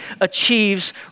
achieves